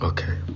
Okay